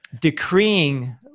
decreeing